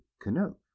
canoe